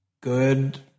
good